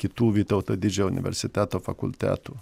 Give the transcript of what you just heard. kitų vytauto didžiojo universiteto fakultetų